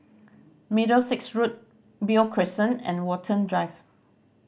Middlesex Road Beo Crescent and Watten Drive